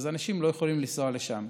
אנשים לא יכולים לנסוע לשם.